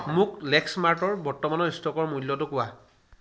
মোক লেক্সমাৰ্টৰ বৰ্তমানৰ ষ্টকৰ মূল্যটো কোৱা